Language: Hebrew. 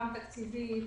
גם תקציבית,